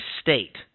State